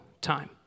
time